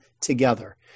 together